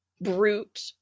brute